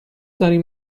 داریم